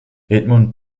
edmund